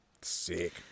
Sick